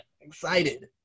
excited